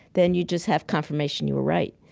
then you just have confirmation you were right.